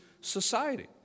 society